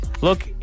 Look